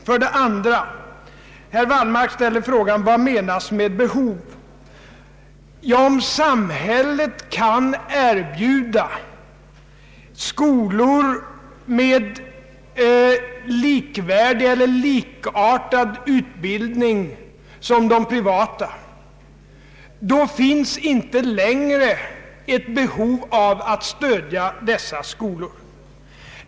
För det andra frågar herr Wallmark vad som menas med behov. Ja, om samhället kan erbjuda skolor som ger likvärdig eller likartad utbildning med de privata, då finns det inte längre ett behov av att stödja dessa skolor.